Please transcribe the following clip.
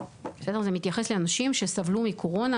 ביקשנו מבתי החולים להיערך לעלייה מבחינת האשפוז במחלקות השונות,